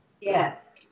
Yes